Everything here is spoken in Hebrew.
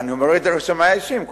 אני אומר את רשמי האישיים.